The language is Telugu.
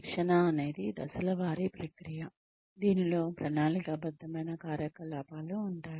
శిక్షణ అనేది దశల వారీ ప్రక్రియ దీనిలో ప్రణాళికాబద్ధమైన కార్యక్రమాలు ఉంటాయి